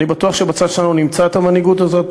אני בטוח שבצד שלנו נמצא את המנהיגות הזאת,